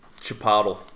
Chipotle